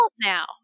now